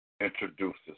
introduces